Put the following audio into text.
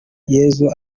yesu